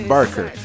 Barker